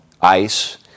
ice